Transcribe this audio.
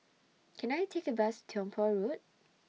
Can I Take A Bus Tiong Poh Road